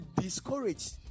discouraged